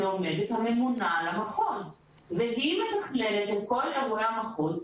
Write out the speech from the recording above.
עומדת הממונה על המחוז והיא מתכללת את כל --- המחוז,